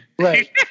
Right